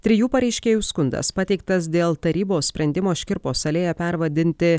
trijų pareiškėjų skundas pateiktas dėl tarybos sprendimo škirpos alėją pervadinti